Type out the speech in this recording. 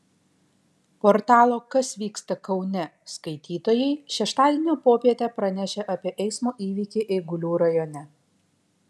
portalo kas vyksta kaune skaitytojai šeštadienio popietę pranešė apie eismo įvykį eigulių rajone